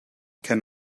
can